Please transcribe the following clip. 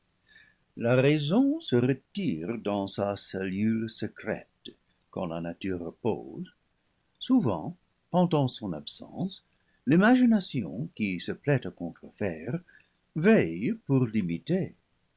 la raison se retire dans sa cellule secrète quand la nature repose souvent pendant son absence i'ima gination qui se plaît à contrefaire veille pour l'imiter